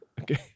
okay